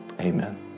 Amen